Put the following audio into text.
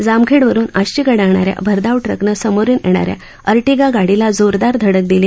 जामखेडवरुन आष्टीकडे येणाऱ्या भरधाव ट्रकनं समोरून येणाऱ्या अधिता गाडीला जोरदार धडक दिली